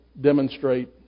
demonstrate